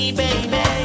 baby